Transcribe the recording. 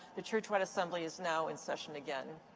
the churchwide assembly is now in session again.